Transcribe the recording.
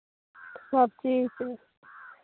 सबचीजके